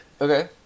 Okay